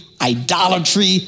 idolatry